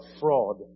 fraud